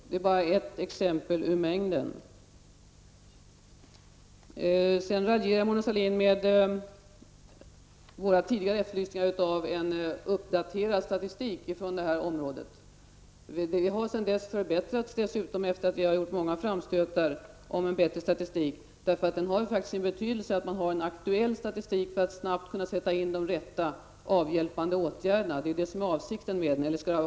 Det är bara ett exempel ur mängden. Mona Sahlin raljerar med våra tidigare efterlysningar av en uppdaterad statistik från det här området. Statistiken har förbättrats efter att vi har gjort många framstötar om bättre statistik. Det har betydelse att statistiken är aktuell för att snabbt kunna sätta in de rätta avhjälpande åtgärderna. Det är det som är avsikten med statistiken.